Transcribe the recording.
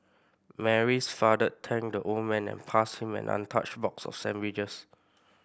Mary's father thanked the old man and passed him an untouched box of sandwiches